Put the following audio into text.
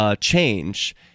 change